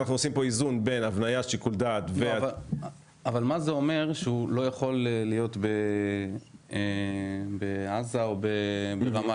אבל מה זה אומר שהוא לא יכול להיות בעזה או ברמאללה?